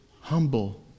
Humble